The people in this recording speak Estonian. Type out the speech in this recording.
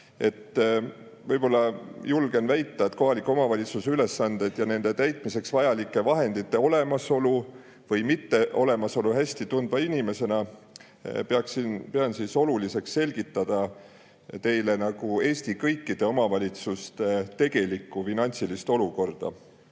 probleemi. Julgen väita, et kohaliku omavalitsuse ülesanded ja nende täitmiseks vajalike vahendite olemasolu või mitteolemasolu hästi tundva inimesena pean oluliseks selgitada teile Eesti kõikide omavalitsuste tegelikku finantsilist olukorda.